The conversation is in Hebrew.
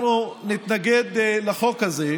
אנחנו נתנגד לחוק הזה.